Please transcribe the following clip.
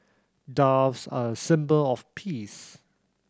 doves are a symbol of peace